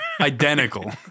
Identical